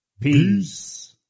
Peace